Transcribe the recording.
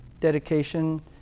dedication